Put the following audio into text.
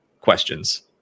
questions